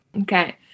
Okay